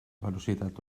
velocitat